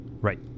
Right